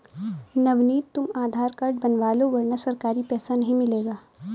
नवनीत तुम आधार कार्ड बनवा लो वरना सरकारी पैसा नहीं मिलेगा